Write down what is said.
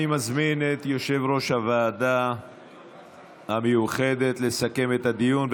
אני מזמין את יושב-ראש הוועדה המיוחדת לסכם את הדיון,